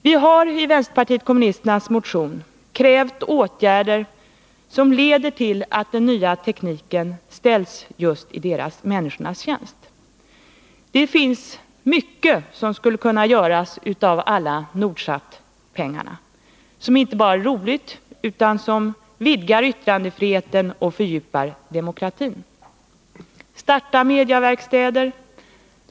Vi har i vänsterpartiet kommunisternas motion krävt åtgärder som leder till att den nya tekniken ställs i människornas tjänst. Det finns mycket som skulle kunna göras av alla Nordsatpengarna — mycket som inte bara är roligt, utan som vidgar yttrandefriheten och fördjupar demokratin: Starta mediaverkstäder.